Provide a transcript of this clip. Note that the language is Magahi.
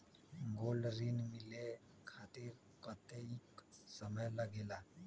गोल्ड ऋण मिले खातीर कतेइक समय लगेला?